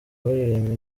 baririmba